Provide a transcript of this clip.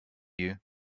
you